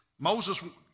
Moses